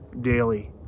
daily